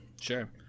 sure